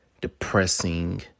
depressing